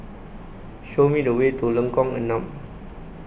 Show Me The Way to Lengkong Enam